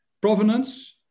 provenance